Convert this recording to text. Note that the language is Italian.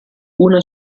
una